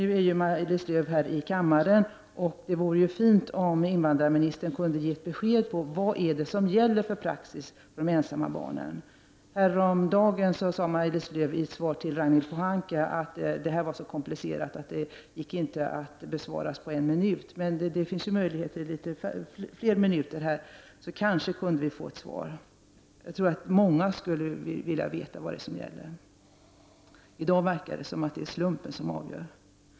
Jag ser att Maj-Lis Lööw är i kammaren, och det vore fint om invandrarministern kunde lämna ett besked om vilken praxis som gäller för de ensamma barnen. Häromdagen sade Maj-Lis Lööw i ett svar till Ragnhild Pohanka, att det här var så komplicerat att det inte gick att besvara på en minut. Men nu finns det möjligheter att ta fler minuter i anspråk. Kan vi få ett svar om vad som gäller? Det tror jag många vill veta. I dag förefaller det som om slumpen avgör.